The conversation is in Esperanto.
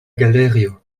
galerio